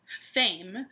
Fame